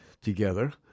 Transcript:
together